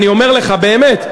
אני אומר לך באמת,